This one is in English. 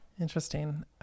Interesting